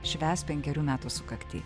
švęs penkerių metų sukaktį